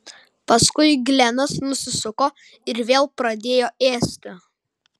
paskui glenas nusisuko ir vėl pradėjo ėsti